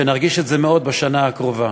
ונרגיש את זה מאוד בשנה הקרובה.